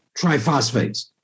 triphosphates